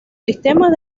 sistemas